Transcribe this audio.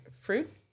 fruit